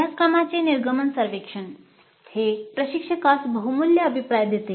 अभ्यासक्रमाचे निर्गमन सर्वेक्षण हे प्रशिक्षकास बहुमूल्य अभिप्राय देते